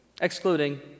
Excluding